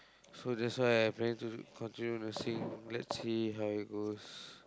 so that's why I planning to do continue nursing let's see how it goes